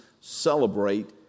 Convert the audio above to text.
celebrate